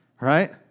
right